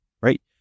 right